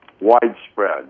widespread